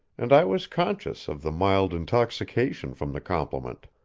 and i was conscious of the mild intoxication from the compliment.